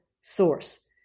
source